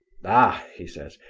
ah, he says,